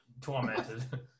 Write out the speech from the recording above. tormented